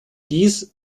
dies